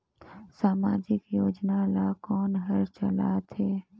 समाजिक योजना ला कोन हर चलाथ हे?